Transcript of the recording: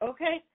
Okay